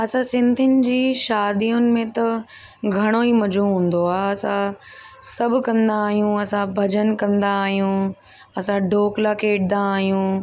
असां सिंधियुनि जी शादियुनि में त घणोई मज़ो हूंदो आहे असां सभु कंदा आहियूं असां भॼन कंदा आहियूं असां डोकला खेॾंदा आहियूं